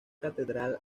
catedral